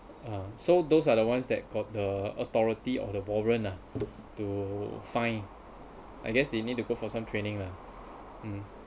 uh so those are the ones that got the authority of the warrant lah to fine I guess they need to go for some training lah mm